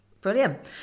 Brilliant